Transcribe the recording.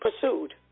pursued